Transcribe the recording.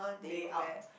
day out